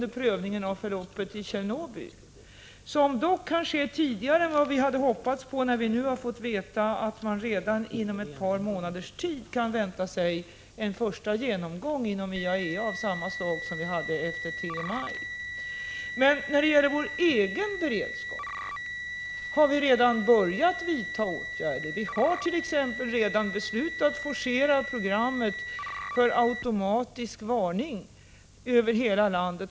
Den prövningen kan för övrigt också ske tidigare än vad vi tidigare räknade med, eftersom vi nu fått veta att man redan inom ett par månader kan vänta sig en första genomgång inom IAEA av samma slag som vi hade efter TMI. När det gäller vår egen beredskap har vi redan börjat vidta åtgärder. Vi har t.ex. beslutat forcera programmet för automatisk varning över hela landet.